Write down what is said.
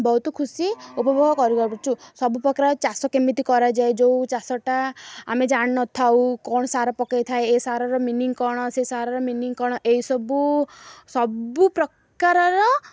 ବହୁତ ଖୁସି ଉପଭୋଗ କରୁଛୁ ସବୁ ପ୍ରକାର ଚାଷ କେମିତି କରାଯାଏ ଯେଉଁ ଚାଷଟା ଆମେ ଜାଣିନ ଥାଉ କ'ଣ ସାର ପକେଇ ଥାଏ ଏ ସାରର ମିନିଂ କ'ଣ ସେ ସାରର ମିନିଂ କ'ଣ ଏଇସବୁ ସବୁ ପ୍ରକାରର